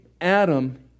Adam